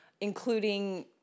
including